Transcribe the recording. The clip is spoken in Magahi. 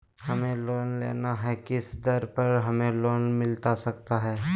हमें लोन लेना है किस दर पर हमें लोन मिलता सकता है?